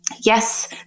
Yes